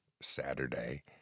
Saturday